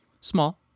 Small